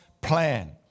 plan